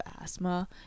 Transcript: asthma